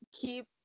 keep